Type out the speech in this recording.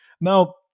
Now